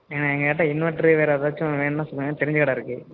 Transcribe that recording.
ஏன்னா எங்கள்கிட்ட இன்வெட்ரு வேறு எதாச்சும் வேணுன்னா சொல்லுங்கள் தெரிஞ்ச கடை இருக்கு